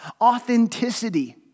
Authenticity